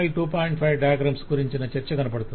5 diagrams గురించిన చర్చ కనపడుతుంది